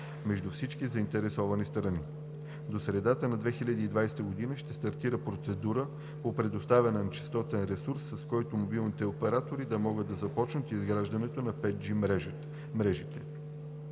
между всички заинтересовани страни. До средата на 2020 г. ще стартира процедура по предоставяне на честотен ресурс, с който мобилните оператори, да могат да започнат изграждането на 5G мрежите.